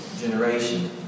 generation